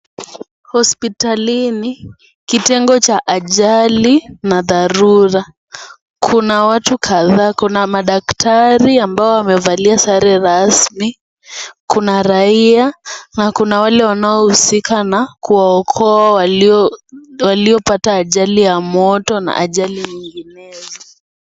Hospitalini kitengo cha ajali na dharura kuna watu kadhaa, kuna madaktari ambao wamevalia sare rasmi , kuna raia na kuna wale wanaohusika na kuwaokoa waliopata ajali ya moto na ajali nyinginezo.